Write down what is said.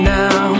now